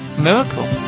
miracle